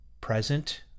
present